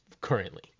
currently